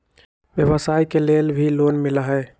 व्यवसाय के लेल भी लोन मिलहई?